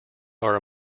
are